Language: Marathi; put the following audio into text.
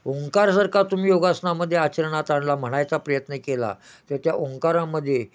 ओंकार जर का तुम्ही योगासनामध्ये आचरणात आणला म्हणायचा प्रयत्न केला तर त्या ओंकारामध्ये